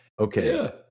Okay